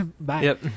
Bye